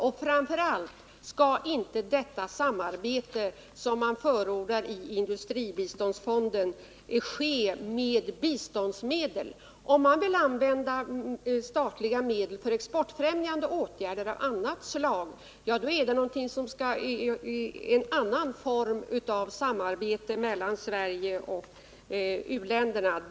Och framför allt skall inte det samarbete som man förordar i industribiståndsfonden ske med hjälp av biståndsmedel. Om man vill använda statliga medel för exportfrämjande åtgärder av annat slag är det en annan form av samarbete mellan Sverige och u-länderna.